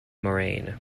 moraine